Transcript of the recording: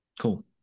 Cool